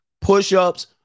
push-ups